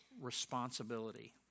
responsibility